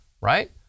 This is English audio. right